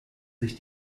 sich